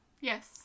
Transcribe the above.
Yes